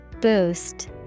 Boost